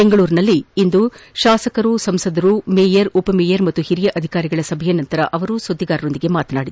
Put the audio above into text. ಬೆಂಗಳೂರಿನಲ್ಲಿ ಶಾಸಕರು ಸಂಸದರು ಮೇಯರ್ ಉಪಮೇಯರ್ ಹಾಗೂ ಹಿರಿಯ ಅಧಿಕಾರಿಗಳ ಸಭೆಯ ನಂತರ ಅವರು ಸುದ್ದಿಗಾರೊಂದಿಗೆ ಮಾತನಾಡಿದರು